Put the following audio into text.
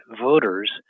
voters